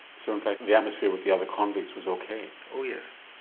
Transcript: so in fact the atmosphere with the other convicts was ok? oh yes,